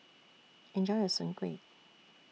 Enjoy your Soon Kuih